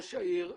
ראש מינהלת